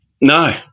No